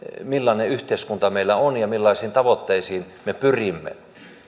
millainen yhteiskunta meillä on ja millaisiin tavoitteisiin me pyrimme